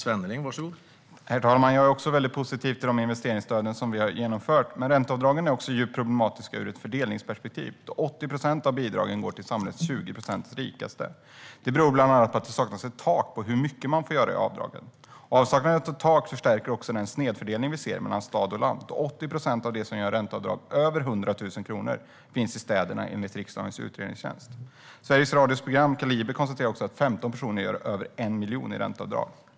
Herr talman! Jag är också väldigt positiv till de investeringsstöd som vi har genomfört. Ränteavdragen är även djupt problematiska ur ett fördelningsperspektiv. 80 procent av bidragen går till samhällets 20 procent rikaste. Det beror bland annat på att det saknas ett tak för hur mycket man får göra i avdrag. Avsaknaden av tak förstärker också den snedfördelning vi ser mellan stad och land. 80 procent av dem som gör ränteavdrag över 100 000 kronor finns i städerna, enligt riksdagens utredningstjänst. Sveriges Radios program Kaliber konstaterar att 15 personer gör ränteavdrag på över 1 miljon.